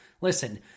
Listen